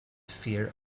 fear